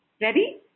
Ready